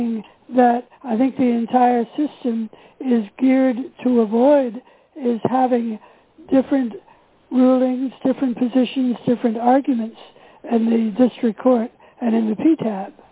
thing that i think the entire system is geared to avoid is having different rulings different positions different arguments and the